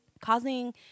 causing